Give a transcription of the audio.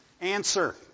answer